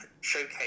showcase